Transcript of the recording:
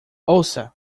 ouça